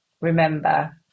remember